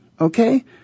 okay